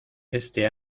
este